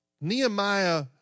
Nehemiah